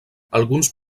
alguns